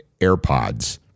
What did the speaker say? AirPods